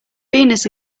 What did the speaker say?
venus